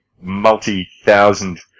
multi-thousand